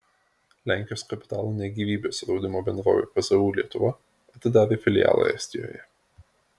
lenkijos kapitalo ne gyvybės draudimo bendrovė pzu lietuva atidarė filialą estijoje